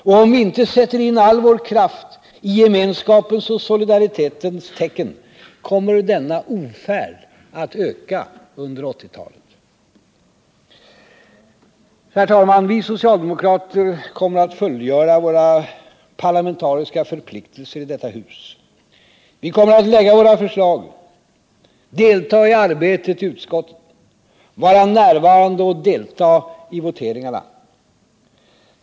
Och om vi inte sätter inall vår kraft i gemenskapens och solidaritetens tecken kommer denna ofärd att öka under 1980-talet. Herr talman! Vi socialdemokrater kommer att fullgöra våra parlamentariska förpliktelser i detta hus. Vi kommer att lägga fram våra förslag, delta i arbetet i utskotten, vara närvarande vid och delta i voteringarna.